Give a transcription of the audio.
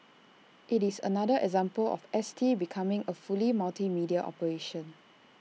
IT is another example of S T becoming A fully multimedia operation